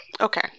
Okay